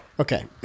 Okay